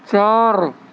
چار